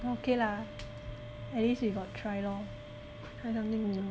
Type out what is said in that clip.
okay lah at least we got try lor try something new